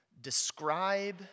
describe